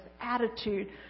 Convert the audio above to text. attitude